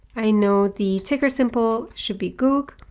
i know the ticker symbol should be goog,